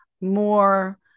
more